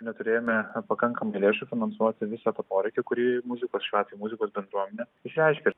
neturėjome pakankamai lėšų finansuoti visą tą poreikį kurį muzikos šiuo atveju muzikos bendruomenė išreiškė